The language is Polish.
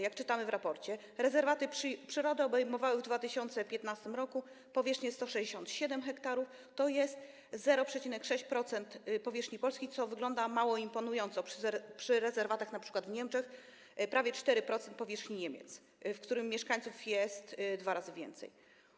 Jak czytamy w raporcie, rezerwaty przyrody obejmowały w 2015 r. powierzchnię 167 tys. ha, tj. 0,6% powierzchni Polski, co wygląda mało imponująco przy rezerwatach np. w Niemczech - prawie 4% powierzchni Niemiec, w których mieszkańców jest dwa razy więcej.